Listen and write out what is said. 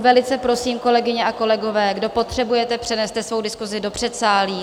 Velice prosím, kolegyně a kolegové, kdo potřebujete, přeneste svoji diskusi do předsálí.